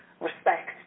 respect